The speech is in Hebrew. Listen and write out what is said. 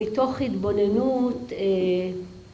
מתוך התבוננות